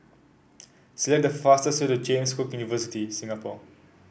select the fastest way to James Cook University Singapore